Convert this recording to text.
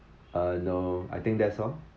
uh no I think that's all